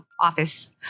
office